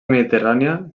mediterrània